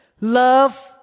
Love